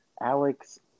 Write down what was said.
Alex